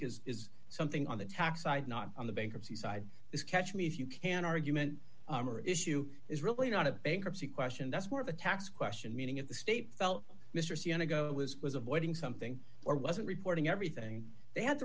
is is something on the tax side not on the bankruptcy side this catch me if you can argument or issue is really not a bankruptcy question that's more of a tax question meaning if the state felt mr c on a go it was was avoiding something or wasn't reporting everything they had the